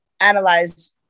analyze